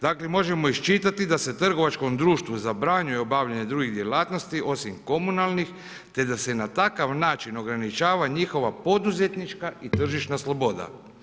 Dakle, možemo iščitati da se trgovačkom društvu zabranjuje obavljanje drugih djelatnosti osim komunalnih, te da se na takav način ograničava njihova poduzetnička i tržišna sloboda.